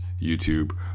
YouTube